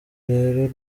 rero